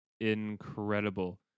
incredible